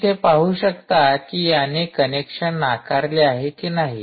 तुम्ही इथे पाहू शकता की याने कनेक्शन नाकारले आहे की नाही